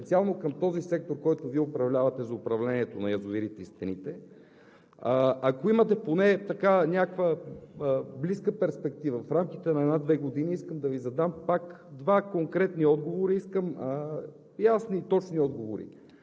програма и план в много от секторите. Но, господин Министър, специално към този сектор, който Вие управлявате – за управлението на язовирите и стените, ако имате поне някаква близка перспектива в рамките на една-две години, искам да Ви задам пак